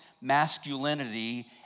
masculinity